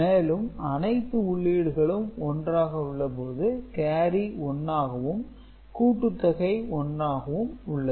மேலும் அனைத்து உள்ளீடுகளும் 1 ஆக உள்ள போது கேரி 1 ஆகவும் கூட்டுத்தொகை 1 ஆகவும் உள்ளது